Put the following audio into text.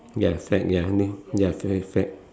ya fad ya ya f~ fad